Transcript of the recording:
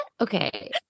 okay